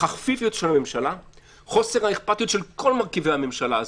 החפיפיות של הממשלה; חוסר האכפתיות של כל מרכיבי הממשלה הזאת,